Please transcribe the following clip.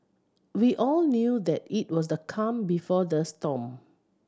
we all knew that it was the calm before the storm